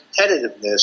competitiveness